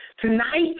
Tonight